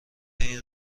این